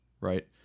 right